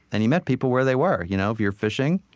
and he met people where they were. you know if you're fishing,